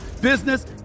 business